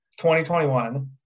2021